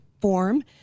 form